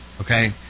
Okay